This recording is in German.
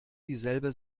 dieselbe